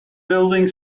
building